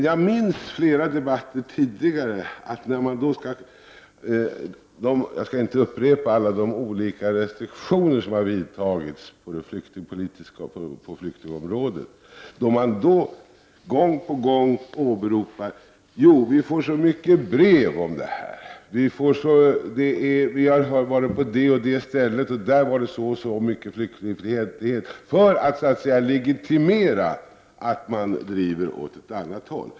Jag skall inte upprepa alla de olika restriktioner som har vidtagits på flyktingområdet, men jag minns flera tidigare debatter, då man gång på gång åberopade att man får så mycket brev, att man har varit på det och det stället och där var det så och så mycket flyktingfientlighet, för att så att säga legitimera att man driver åt ett annat håll.